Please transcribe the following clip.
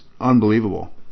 unbelievable